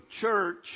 church